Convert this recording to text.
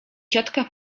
ciotka